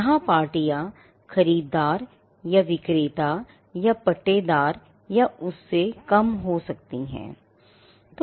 यहां पार्टियां खरीदार या विक्रेता या पट्टेदार या उससे कम हो सकती हैं